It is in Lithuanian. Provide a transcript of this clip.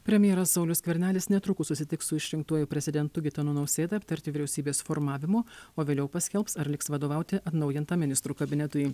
premjeras saulius skvernelis netrukus susitiks su išrinktuoju prezidentu gitanu nausėda aptarti vyriausybės formavimo o vėliau paskelbs ar liks vadovauti atnaujintam ministrų kabinetui